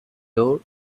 door